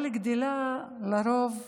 גדילה, לרוב,